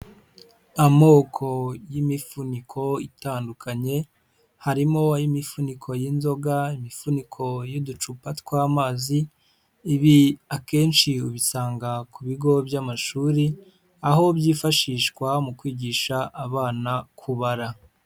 Amoko y'imifuniko itandukanye, harimo imifuniko y'inzoga, imifuniko y'uducupa tw'amazi, ibi akenshi ubisanga ku bigo by'amashuri, aho byifashishwa mu kwigisha abana kubara.